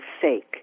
sake